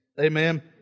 Amen